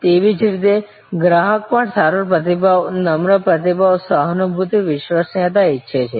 તેવી જ રીતે ગ્રાહક પણ સારો પ્રતિભાવ નમ્ર પ્રતિભાવ સહાનુભૂતિ વિશ્વસનીયતા ઇચ્છે છે